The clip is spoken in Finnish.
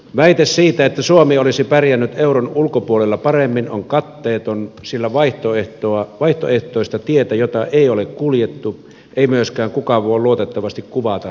väite siitä että suomi olisi pärjännyt euron ulkopuolella paremmin on katteeton sillä vaihtoehtoista tietä jota ei ole kuljettu ei myöskään kukaan voi luotettavasti kuvata tai arvioida